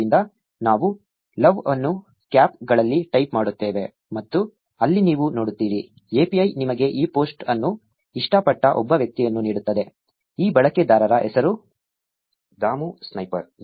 ಆದ್ದರಿಂದ ನಾವು L O V E ಅನ್ನು ಕ್ಯಾಪ್ಗಳಲ್ಲಿ ಟೈಪ್ ಮಾಡುತ್ತೇವೆ ಮತ್ತು ಅಲ್ಲಿ ನೀವು ನೋಡುತ್ತೀರಿ API ನಿಮಗೆ ಈ ಪೋಸ್ಟ್ ಅನ್ನು ಇಷ್ಟಪಟ್ಟ ಒಬ್ಬ ವ್ಯಕ್ತಿಯನ್ನು ನೀಡುತ್ತದೆ ಈ ಬಳಕೆದಾರರ ಹೆಸರು ಧಮು ಸ್ನೈಪರ್